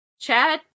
Chad